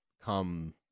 come